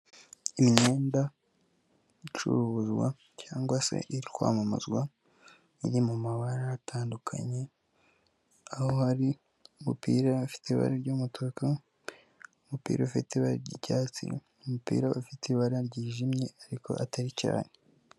Imyenda icuruzwa cyangwa se iri kwamamazwa, iri mu mabara atandukanye, aho hari umupira ufite ibara ry'umutuku, umupira ufite ibara ry'icyatsi n'umupira ufite ibara ryijimye ariko atari cyane.